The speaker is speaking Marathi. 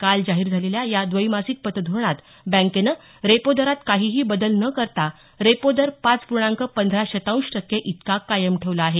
काल जाहीर झालेल्या या द्वैमासिक पतधोरणात बँकेनं रेपो दरात काहीही बदल न करता रेपो दर पाच पूर्णांक पंधरा शतांश टक्के इतका कायम ठेवला आहे